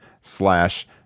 slash